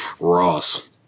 Ross